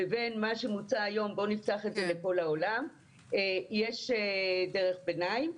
לבין מה שמוצע היום בוא נפתח את זה לכל העולם יש דרך ביניים,